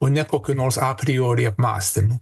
o ne kokių nors apriori apmąstymų